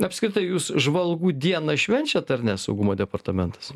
apskritai jūs žvalgų dieną švenčiat ar ne saugumo departamentas